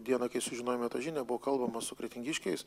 dieną kai sužinojome tą žinią buvo kalbama su kretingiškiais